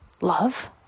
love